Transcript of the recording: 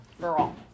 girl